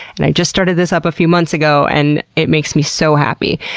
and i just started this up a few months ago and it makes me so happy.